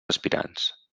aspirants